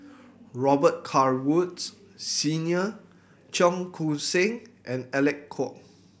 Robet Carr Woods Senior Cheong Koon Seng and Alec Kuok